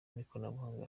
n’ikoranabuhanga